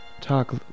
talk